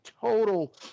total